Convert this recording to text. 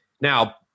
Now